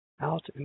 out